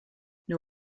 new